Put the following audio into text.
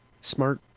smart